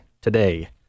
today